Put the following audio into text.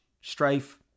Strife